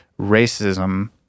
racism